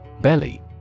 Belly